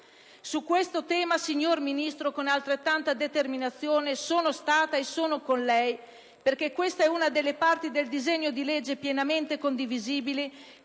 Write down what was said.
Su questo tema, signor Ministro, con altrettanta determinazione, sono stata e sono con lei, perché questa è una delle parti del disegno di legge pienamente condivisibile,